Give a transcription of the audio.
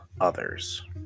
others